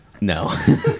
No